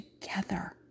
together